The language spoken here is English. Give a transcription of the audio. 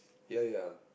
ya ya